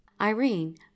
irene